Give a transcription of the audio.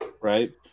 right